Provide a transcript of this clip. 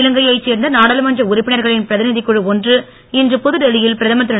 இலங்கையைச் சேர்ந்த நாடாளுமன்ற உறுப்பினர்களின் பிரதிநிதி குழு ஒன்று இன்று புதுடெல்லியில் பிரதமர் திரு